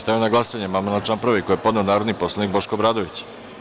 Stavljam na glasanje amandman na član 1. koji je podneo narodni poslanik Boško Obradović.